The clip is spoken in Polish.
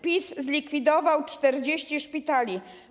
PiS zlikwidował 40 szpitali.